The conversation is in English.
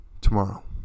tomorrow